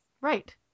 Right